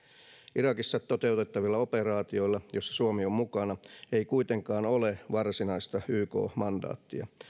irakissa toteutettavilla operaatioilla joissa suomi on mukana ei kuitenkaan ole varsinaista yk mandaattia